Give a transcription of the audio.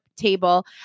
Table